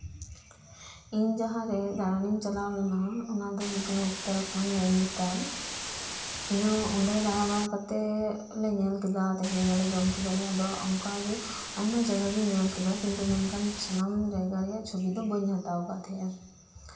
ᱤᱧ ᱡᱟᱸᱦᱟ ᱫᱟᱬᱟᱱᱤᱧ ᱪᱟᱞᱟᱣ ᱞᱮᱱᱟ ᱚᱱᱟ ᱫᱚ ᱦᱩᱭᱩᱜ ᱠᱟᱱᱟ ᱩᱛᱛᱚᱨᱟ ᱠᱷᱚᱱᱰ ᱱᱮᱭᱱᱤᱛᱟᱞ ᱤᱧᱦᱚᱸ ᱚᱱᱰᱮ ᱫᱟᱬᱟᱵᱟᱲᱟ ᱠᱟᱛᱮᱜ ᱛᱟᱸᱦᱮᱭ ᱱᱟᱞᱮ ᱡᱚᱢ ᱠᱮᱫᱟᱞᱮ ᱟᱭᱢᱟ ᱡᱟᱭᱜᱟ ᱜᱮ ᱧᱮᱞ ᱠᱮᱫᱟ ᱠᱤᱱᱛᱩ ᱢᱮᱱᱠᱷᱟᱱ ᱥᱟᱱᱟᱢ ᱡᱟᱭᱜᱟ ᱨᱮᱭᱟᱜ ᱪᱤᱛᱟᱹᱨ ᱫᱚ ᱵᱟᱹᱧ ᱦᱟᱛᱟᱣ ᱟᱠᱟᱫ ᱛᱟᱸᱦᱮᱱ